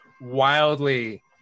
wildly